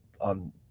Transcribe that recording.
on